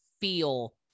feel